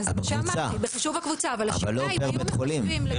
בקבוצה, אבל לא פר בית חולים.